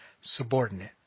subordinate